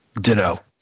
Ditto